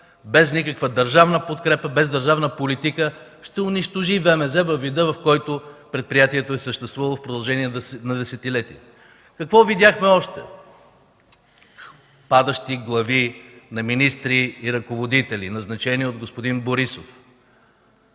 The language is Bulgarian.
без никаква държавна подкрепа, без държавна политика ще унищожи ВМЗ във вида, в който предприятието е съществувало в продължение на десетилетия. Какво видяхме още? Падащи глави на министри и ръководители, назначени от господин Борисов.